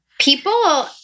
People